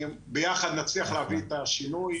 ביחד נצליח להביא את השינוי.